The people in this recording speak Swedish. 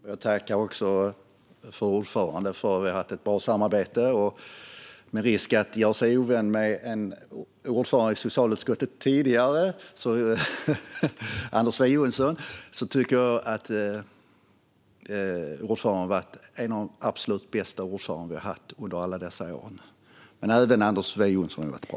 Fru talman! Jag tackar också fru ordföranden för ett bra samarbete. Med risk för att jag gör mig ovän med en tidigare ordförande i socialutskottet, Anders W Jonsson, tycker jag att ordföranden har varit en av de absolut bästa ordförandena vi har haft under alla dessa år. Men även Anders W Jonsson har varit bra.